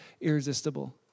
irresistible